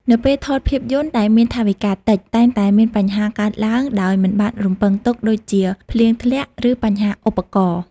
នៅពេលថតភាពយន្តដែលមានថវិកាតិចតែងតែមានបញ្ហាកើតឡើងដោយមិនបានរំពឹងទុកដូចជាភ្លៀងធ្លាក់ ឬបញ្ហាឧបករណ៍។